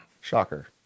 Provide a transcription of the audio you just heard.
Shocker